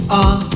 on